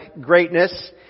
greatness